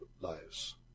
lives